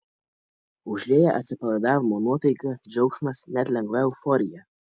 užlieja atsipalaidavimo nuotaika džiaugsmas net lengva euforija